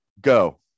go